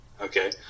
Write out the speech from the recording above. Okay